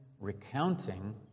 recounting